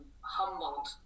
humbled